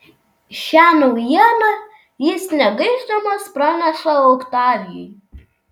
šią naujieną jis negaišdamas praneša oktavijui